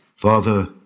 Father